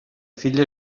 filla